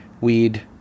weed